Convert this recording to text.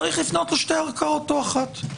צריך לפנות לשתי ערכאות או אחת.